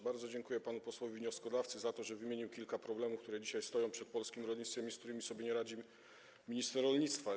Bardzo dziękuję panu posłowi wnioskodawcy za to, że wymienił kilka problemów, które dzisiaj stoją przed polskim rolnictwem i z którymi nie radzi sobie minister rolnictwa.